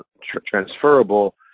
transferable